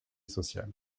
sociale